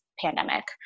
pandemic